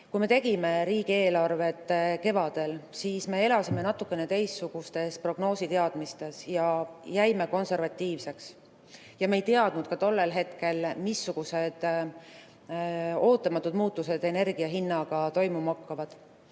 Kui me kevadel riigieelarvet tegime, siis me elasime natukene teistsuguse prognoosi teadmises ja jäime konservatiivseks. Me ei teadnud tollel hetkel ka seda, missugused ootamatud muutused energiahinnaga toimuma hakkavad.